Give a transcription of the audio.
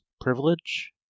privilege